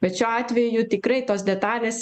bet šiuo atveju tikrai tos detalės